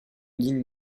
ligne